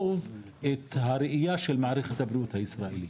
את הראייה של מערכת הבריאות הישראלית,